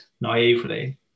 naively